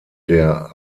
der